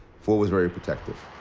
ford was very protective.